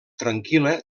tranquil·la